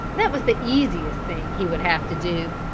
that was the easiest thing he would have to do.